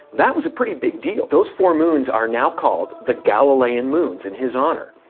that was a pretty big deal. those four moons are now called the galilean moons in his honor.